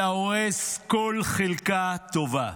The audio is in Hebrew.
אתה הורס כל חלקה טובה.